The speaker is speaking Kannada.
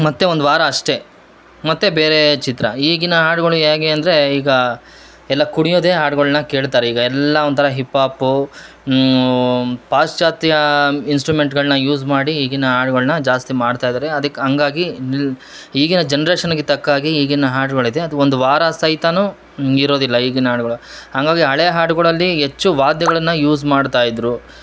ಮತ್ತು ಒಂದು ವಾರ ಅಷ್ಟೇ ಮತ್ತೆ ಬೇರೆ ಚಿತ್ರ ಈಗಿನ ಹಾಡುಗಳು ಹೇಗೆ ಅಂದರೆ ಈಗ ಎಲ್ಲ ಕುಣಿಯೋದೇ ಹಾಡುಗಳನ್ನ ಕೇಳ್ತಾರೆ ಈಗ ಎಲ್ಲಾ ಒಂಥರ ಹಿಪ್ಪಾಪು ಪಾಶ್ಚಾತ್ಯಾ ಇನ್ಸ್ಟರುಮೆಂಟ್ಗಳ್ನ ಯೂಸ್ ಮಾಡಿ ಈಗಿನ ಹಾಡುಗಳನ್ನ ಜಾಸ್ತಿ ಮಾಡ್ತಾ ಇದ್ದಾರೆ ಅದಕ್ಕೆ ಹಂಗಾಗಿ ನಿಲ್ ಈಗಿನ ಜನ್ರೇಷನ್ಗೆ ತಕ್ಕಾಗೆ ಈಗಿನ ಹಾಡುಗಳಿದೆ ಅದು ಒಂದು ವಾರ ಸಹಿತಾನೂ ಇರೋದಿಲ್ಲ ಈಗಿನ ಹಾಡುಗಳು ಹಂಗಾಗಿ ಹಳೇ ಹಾಡುಳಗಳಲ್ಲಿ ಹೆಚ್ಚು ವಾದ್ಯಗಳನ್ನ ಯೂಸ್ ಮಾಡ್ತಾ ಇದ್ದರು